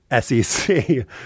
SEC